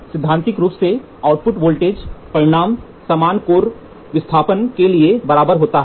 सैद्धांतिक रूप से आउटपुट वोल्टेज परिमाण समान कोर विस्थापन के लिए बराबर होता हैं